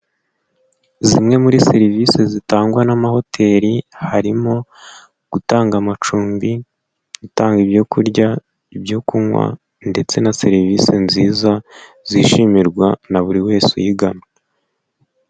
Zimwe muri serivisi zitangwa n'amahoteli harimo; gutanga amacumbi, gutanga ibyo kurya, ibyo kunywa, ndetse na serivisi nziza zishimirwa na buri wese uyigana.